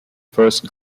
first